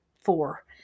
four